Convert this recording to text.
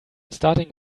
starting